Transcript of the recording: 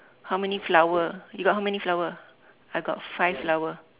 how many flower you got how many flower I got five flower